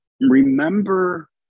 Remember